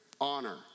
honor